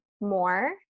more